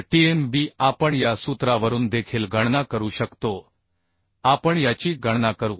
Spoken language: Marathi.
तर Tnb आपण या सूत्रावरून देखील गणना करू शकतो आपण याची गणना करू